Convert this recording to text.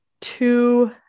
two